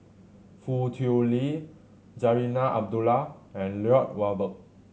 Foo Tui Liew Zarinah Abdullah and Lloyd Valberg